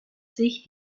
sich